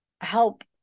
help